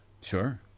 Sure